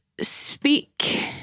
speak